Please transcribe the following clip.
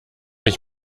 ich